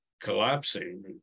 collapsing